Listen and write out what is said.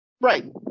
right